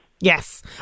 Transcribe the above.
Yes